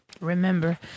Remember